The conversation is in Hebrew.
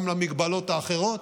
גם למגבלות האחרות.